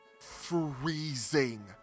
freezing